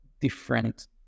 different